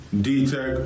D-Tech